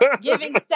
giving